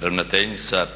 ravnateljica